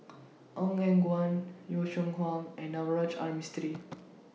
Ong Eng Guan Yong Shu Hoong and Navroji R Mistri